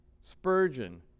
Spurgeon